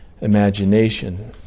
imagination